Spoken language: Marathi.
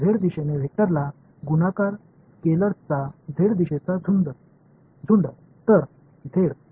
झेड दिशेने वेक्टरला गुणाकार स्केलेर्सचा झेड दिशेचा झुंड तर झेड